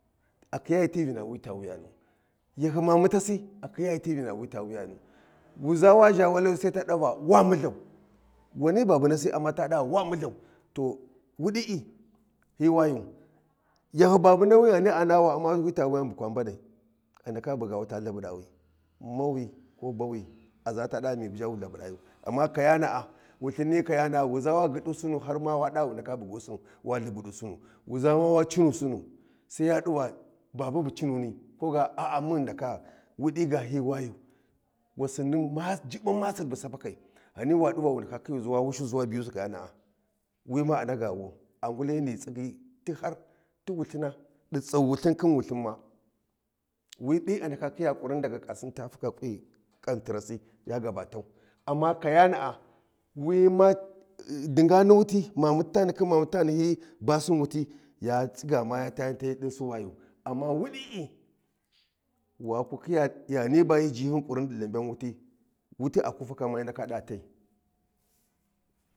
A khinyayi ti vina ti ta wuyanu yahyimamutasi a khinyayi ti vina ti ta wuyanu wu za wa zhawalayu sai ta duva wa multhan wan ya hyi babunasi amma ta du va wa multhan to wudi e hyhi wayu. Yahyi babunawi ana nawi Ghani wa umma wita wuyani bu kwa mbanai a ndaka bugawu ta bthabudawi, mawi ko bawu aza ta da Ghani bawu lthabudayu amma kayana’a ba wulthin ni kayana’a wuza wa ghidusunu har ma wa da wa bughusin wa lthabudusin wu za ma wa cinusinu, sai ya du va babu bu c’ununi ko ga a’a mun ghu ndaka wudi ga hyi wayu wassini jubbun masir bu sapakai Ghani wadi kayana’a wima a ndaka ga wuwau a guli yandi ghi tsaghi ti har ti wulthina di tsau wulthin lhin wulthin ma wi di a ndaka khiya kurrini daga kassin ta faka kw ikan tirasi ya ga ba tau amma Kayani a wima dingani wuti mamuti tana khin mamuti tana basin wuti ya tsiga ma yata yantahyiyi wayu amma ba hyi ji huyun kurrini Ghani ma ba hyi ji hyun kurrini di lthaben wuti wuti ma a ku faka hyi ndaka ga da tai.